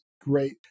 great